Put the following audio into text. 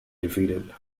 defeated